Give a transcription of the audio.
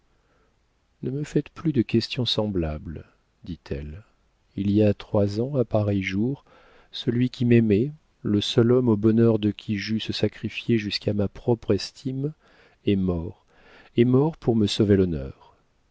ne me faites plus de questions semblables dit-elle il y a trois ans à pareil jour celui qui m'aimait le seul homme au bonheur de qui j'eusse sacrifié jusqu'à ma propre estime est mort et mort pour me sauver l'honneur